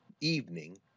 evening